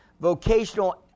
vocational